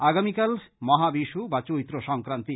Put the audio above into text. আগামীকাল মহাবিশু বা চৈত্র সংক্রান্তি